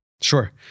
Sure